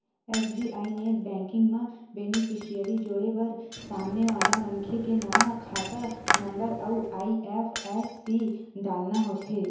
SBI net banking म beneficiary जोड़े बर सामने वाला मनखे के नांव, खाता नंबर अउ आई.एफ.एस.सी डालना होथे